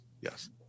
yes